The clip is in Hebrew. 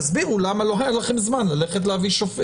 תסבירו למה לא היה לכם זמן ללכת להביא צו.